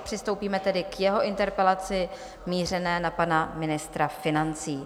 Přistoupíme tedy k jeho interpelaci mířené na pana ministra financí.